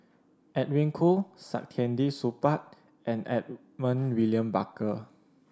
Edwin Koo Saktiandi Supaat and Edmund William Barker